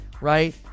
Right